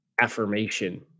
affirmation